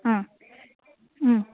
ಹಾಂ ಹ್ಞೂ